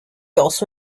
also